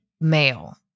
male